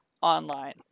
online